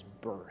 birth